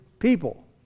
People